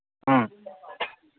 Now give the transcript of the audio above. ꯎꯝ